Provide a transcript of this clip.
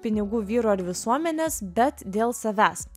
pinigų vyrų ar visuomenės bet dėl savęs